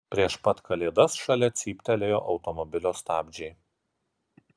prieš pat kalėdas šalia cyptelėjo automobilio stabdžiai